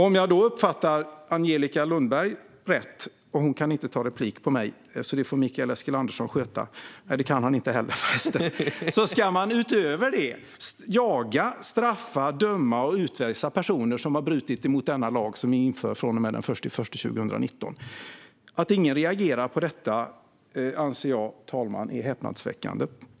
Om jag uppfattade Angelica Lundberg rätt - hon kan inte ta replik på mig, och det kan förresten inte heller Mikael Eskilandersson göra - ska man utöver detta jaga, straffa, döma och utvisa personer som har brutit mot denna lag som ni inför från den 1 januari 2019. Att ingen reagerar på detta anser jag, fru talman, vara häpnadsväckande.